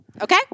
Okay